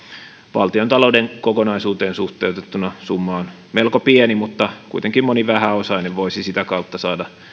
valtiontalouden kokonaisuuteen suhteutettuna summa on melko pieni mutta kuitenkin moni vähäosainen voisi sitä kautta saada